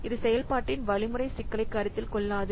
இது செயல்பாட்டின் வழிமுறை சிக்கலைக் கருத்தில் கொள்ளாது